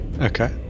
Okay